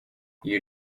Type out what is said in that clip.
you